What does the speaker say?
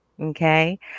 Okay